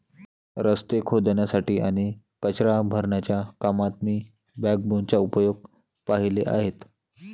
रस्ते खोदण्यासाठी आणि कचरा भरण्याच्या कामात मी बॅकबोनचा उपयोग पाहिले आहेत